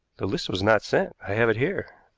the list was not sent. i have it here.